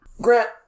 Grant